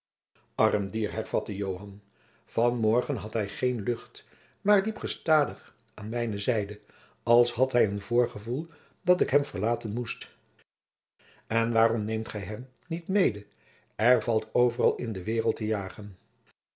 arm dier hervatte joan van morgen had hij geen lucht maar liep gestadig aan mijne zijde als had hij een voorgevoel dat ik hem verlaten moest en waarom neemt gij hem niet mede er valt overal in de waereld te jagen